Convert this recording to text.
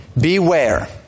beware